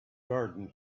garden